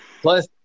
Plus